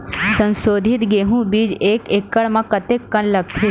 संसोधित गेहूं बीज एक एकड़ म कतेकन लगथे?